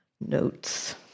notes